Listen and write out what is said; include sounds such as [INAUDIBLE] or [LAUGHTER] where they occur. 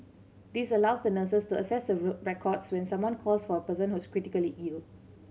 this allows the nurses to access [UNINTELLIGIBLE] records when someone calls for a person who is critically ill